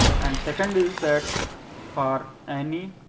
and second is that for any